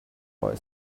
boy